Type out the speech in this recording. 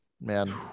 man